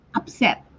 upset